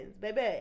baby